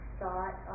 thought